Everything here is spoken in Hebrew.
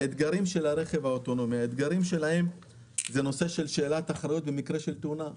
האתגרים של הרכב האוטונומי שאלת האחריות במקרה של תאונה.